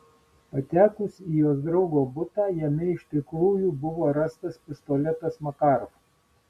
patekus į jos draugo butą jame iš tikrųjų rastas pistoletas makarov